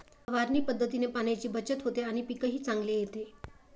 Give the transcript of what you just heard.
फवारणी पद्धतीने पाण्याची बचत होते आणि पीकही चांगले येते